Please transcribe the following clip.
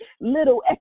little